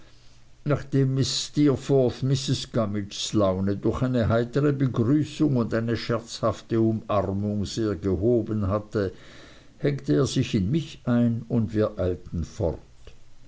nachdem steerforth mrs gummidges laune durch eine heitere begrüßung und eine scherzhafte umarmung sehr gehoben hatte hängte er sich in mich ein und wir eilten fort